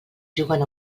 juguen